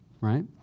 right